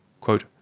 quote